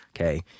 Okay